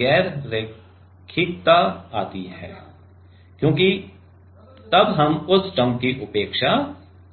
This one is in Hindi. गैर रैखिकता आती है क्योंकि तब हम उस टर्म की उपेक्षा नहीं कर सकते